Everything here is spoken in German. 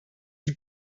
die